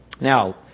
Now